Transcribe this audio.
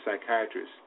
psychiatrist